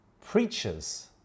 preachers